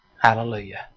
Hallelujah